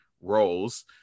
roles